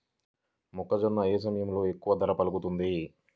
మొక్కజొన్న ఏ సమయంలో ఎక్కువ ధర పలుకుతుంది?